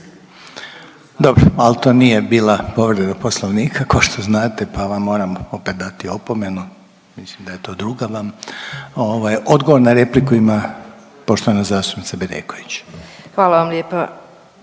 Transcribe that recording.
Dobro ali to nije bila povreda Poslovnika kao što znate pa vam moram opet dati opomenu, mislim da je to druga vam. Ovaj, odgovor na repliku ima poštovana zastupnica Bedeković. **Bedeković,